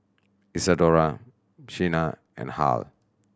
Isadora Shenna and Hal